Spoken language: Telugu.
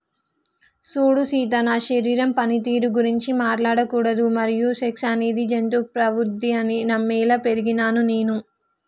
సూడు సీత నా శరీరం పనితీరు గురించి మాట్లాడకూడదు మరియు సెక్స్ అనేది జంతు ప్రవుద్ది అని నమ్మేలా పెరిగినాను నేను